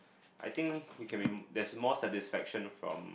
I think you can be there's more satisfaction from